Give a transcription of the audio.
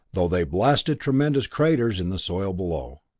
though they blasted tremendous craters in the soil below.